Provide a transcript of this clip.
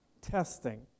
testing